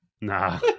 Nah